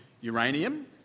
Uranium